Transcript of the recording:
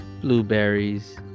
blueberries